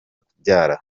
kubyara